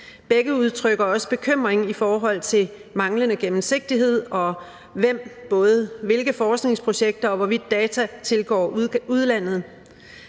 Begge udtrykker også bekymring i forhold til manglende gennemsigtighed – både i forhold til forskningsprojekter , og hvorvidt data tilgår udlandet.